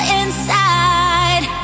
inside